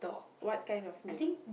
what kind of meat